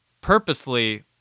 purposely